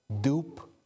dupe